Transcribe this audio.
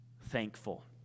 thankful